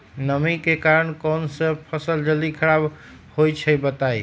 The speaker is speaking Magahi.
नमी के कारन कौन स फसल जल्दी खराब होई छई बताई?